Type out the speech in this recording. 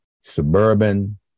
suburban